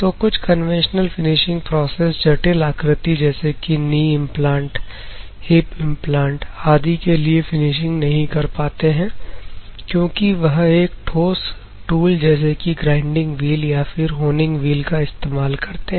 तो कुछ conventional finishing process जटिल आकृति जैसे कि नी इम्प्लांट हिप इम्प्लांट आदि के लिए फिनिशिंग नहीं कर पाते हैं क्योंकि वह एक ठोस टूल जैसे कि ग्राइंडिंग व्हील या फिर होनिंग व्हील का इस्तेमाल करते हैं